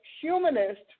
humanist